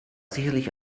sicherlich